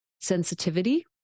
sensitivity